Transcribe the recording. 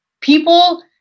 people